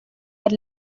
had